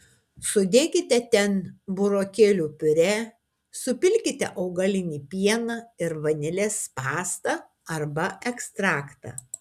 sudėkite ten burokėlių piurė supilkite augalinį pieną ir vanilės pastą arba ekstraktą